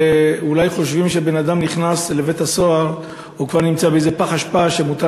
ואולי חושבים שאם אדם נכנס לבית-הסוהר הוא נמצא בפח אשפה ומותר